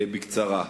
בקצרה.